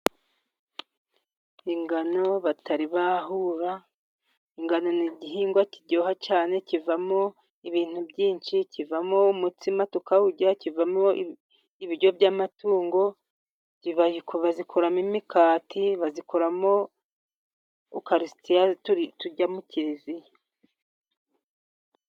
Ingano batari bahura, ingano ni igihingwa kiryoha cyane, kivamo ibintu byinshi, kivamo umutsima tukawurya, kivamo ibiryo by'amatungo, bazikuramo imikati, bazikoramo ukarisitiya turya mu kiliziya.